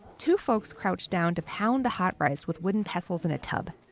two folks crouch down to pound the hot rice with wooden pestles in a tub.